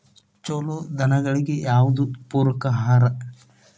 ಛಲೋ ದನಗಳಿಗೆ ಯಾವ್ದು ಪೂರಕ ಆಹಾರ?